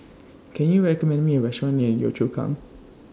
Can YOU recommend Me A Restaurant near Yio Chu Kang